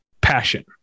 passion